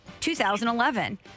2011